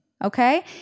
Okay